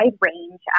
range